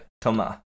Thomas